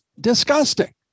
disgusting